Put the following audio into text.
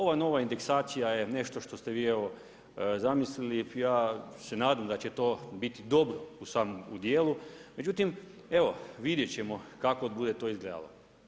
Ova nova indeksacija je nešto što ste vi zamislili, ja se nadam da će to biti dobro u samom djelu međutim vidjet ćemo kako bude to izgledalo.